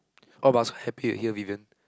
orh but I was so happy you are here Vivian